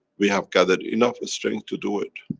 we have gathered enough strength to do it.